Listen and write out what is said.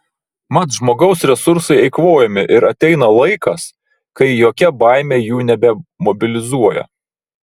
mat žmogaus resursai eikvojami ir ateina laikas kai jokia baimė jų nebemobilizuoja